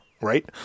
right